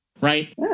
right